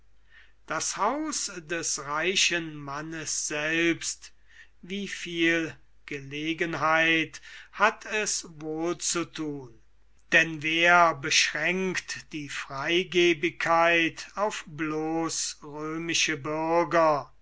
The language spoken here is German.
das haus des reichen mannes selbst wie viel gelegenheit hat es wohlzuthun denn wer beschränkt die freigebigkeit blos römische bürger